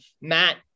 Matt